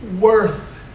worth